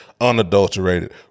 unadulterated